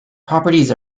properties